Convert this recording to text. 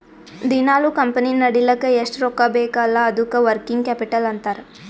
ದಿನಾಲೂ ಕಂಪನಿ ನಡಿಲ್ಲಕ್ ಎಷ್ಟ ರೊಕ್ಕಾ ಬೇಕ್ ಅಲ್ಲಾ ಅದ್ದುಕ ವರ್ಕಿಂಗ್ ಕ್ಯಾಪಿಟಲ್ ಅಂತಾರ್